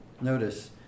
Notice